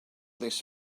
this